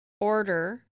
order